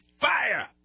fire